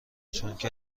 چونکه